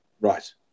Right